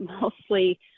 mostly